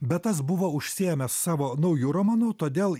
bet tas buvo užsiėmęs savo nauju romanu todėl